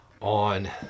on